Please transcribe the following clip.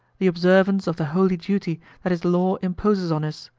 the observance of the holy duty that his law imposes on us,